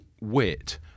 wit